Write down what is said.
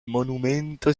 monumento